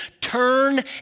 turn